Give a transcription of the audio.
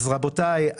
רבותיי,